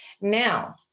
Now